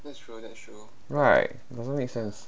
that's true that's true right doesn't make sense